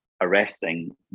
arresting